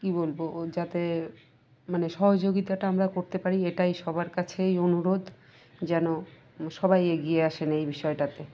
কী বলব ও যাতে মানে সহযোগিতাটা আমরা করতে পারি এটাই সবার কাছেই অনুরোধ যেন সবাই এগিয়ে আসেন এই বিষয়টাতে